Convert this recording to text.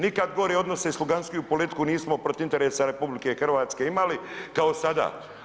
Nikad gore odnose i sluganskiju politiku nismo protiv interesa RH imali kao sada.